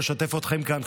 לשתף אתכם כאן,